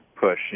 push